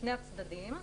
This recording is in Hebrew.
שני הצדדים,